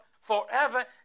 forever